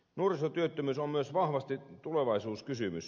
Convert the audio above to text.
nuorisotyöttömyys on myös vahvasti tulevaisuuskysymys